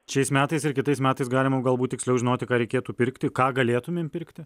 šiais metais ir kitais metais galime galbūt tiksliau žinoti ką reikėtų pirkti ką galėtumėm pirkti